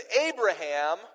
Abraham